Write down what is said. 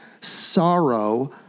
sorrow